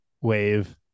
wave